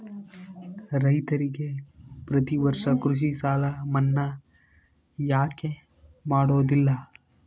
ರೈತರಿಗೆ ಪ್ರತಿ ವರ್ಷ ಕೃಷಿ ಸಾಲ ಮನ್ನಾ ಯಾಕೆ ಮಾಡೋದಿಲ್ಲ?